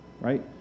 right